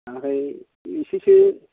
ओमफ्राय इसेसो